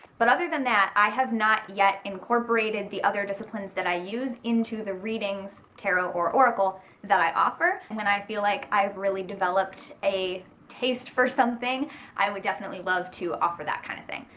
but other than that i have not yet incorporated the other disciplines that i use into the readings tarot or oracle that i offer and then i feel like i've really developed a taste for something i would definitely love to offer that kind of thing.